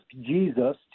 Jesus